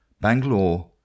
Bangalore